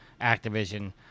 Activision